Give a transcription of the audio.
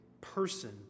person